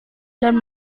dan